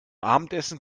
abendessen